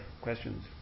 questions